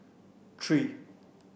three